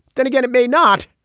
then again, it may not.